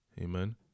amen